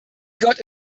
got